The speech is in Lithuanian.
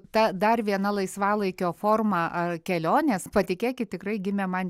ta dar viena laisvalaikio forma ar kelionės patikėkit tikrai gimė man